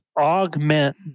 augment